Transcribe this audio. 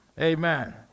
Amen